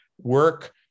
work